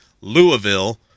Louisville